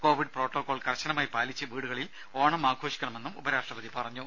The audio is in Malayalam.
കോവിഡ് പ്രോട്ടോകോൾ കർശനമായി പാലിച്ച് വീടുകളിൽ ഓണം ആഘോഷിക്കണമെന്നും ഉപരാഷ്ട്രപതി പറഞ്ഞു